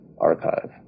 archive